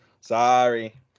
sorry